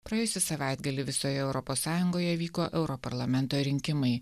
praėjusį savaitgalį visoje europos sąjungoje vyko europarlamento rinkimai